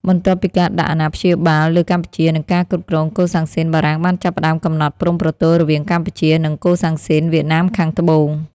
បន្ទាប់ពីការដាក់អាណាព្យាបាលលើកម្ពុជា និងការគ្រប់គ្រងកូសាំងស៊ីន បារាំងបានចាប់ផ្តើមកំណត់ព្រំប្រទល់រវាងកម្ពុជា និងកូសាំងស៊ីន វៀតណាមខាងត្បូង។